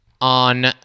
on